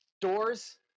doors